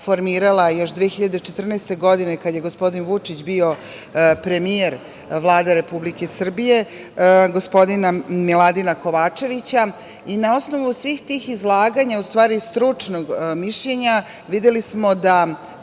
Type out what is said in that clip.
još 2014. godine, kada je gospodin Vučić bio premijer Vlade Republike Srbije, gospodina Miladina Kovačevića. Na osnovu svih tih izlaganja, u stvari stručnog mišljenja, videli smo da,